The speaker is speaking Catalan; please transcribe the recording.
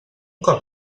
cop